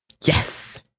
Yes